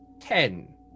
ten